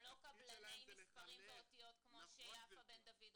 גם לא קבלני מספרים ואותיות כמו שיפה בן דוד רוצה.